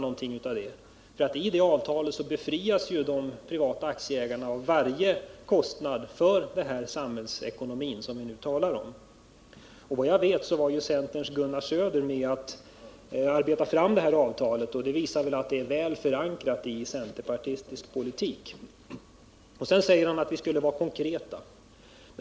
I det avtalet befrias ju de privata aktieägarna från varje kostnad för den samhällekonomi som vi talar om. Vad jag vet var centerns Gunnar Söder med om att arbeta fram detta avtal, och det tycker jag visar att det är väl förankrat i centerpartistisk politik. Sedan säger herr Åsling att vi skall vara konkreta.